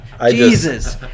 Jesus